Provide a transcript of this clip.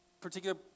particular